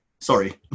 Sorry